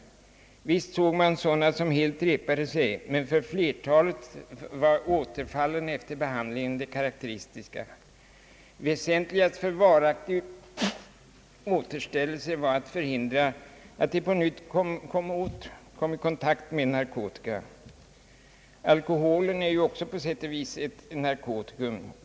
Visst såg man sådana som helt repade sig, men för flertalet var återfallen efter behandlingen det karakteristiska. Väsentligast för varaktig återställelse var att förhindra att missbrukarna på nytt kom i kontakt med narkotika. Alkoholen är på sitt sätt också ett narkotikum.